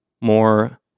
more